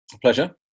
Pleasure